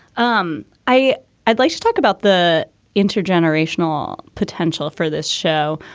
um i i'd like to talk about the intergenerational potential for this show,